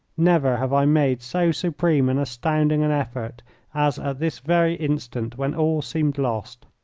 never have i made so supreme and astounding an effort as at this very instant when all seemed lost.